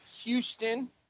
Houston